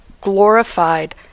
glorified